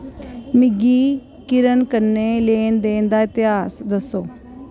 मिगी किरण कन्नै लैन देन दा इतिहास दस्सो